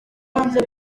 hanze